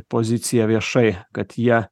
pozicija viešai kad jie